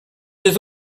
des